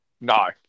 No